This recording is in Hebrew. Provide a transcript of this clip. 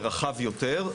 שהוא רחב יותר,